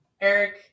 Eric